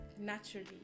naturally